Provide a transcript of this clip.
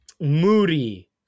Moody